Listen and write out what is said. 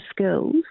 skills